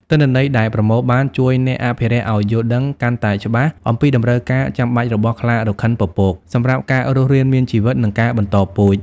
ទិន្នន័យដែលប្រមូលបានជួយអ្នកអភិរក្សឲ្យ យល់ដឹងកាន់តែច្បាស់អំពីតម្រូវការចាំបាច់របស់ខ្លារខិនពពក សម្រាប់ការរស់រានមានជីវិត និងការបន្តពូជ។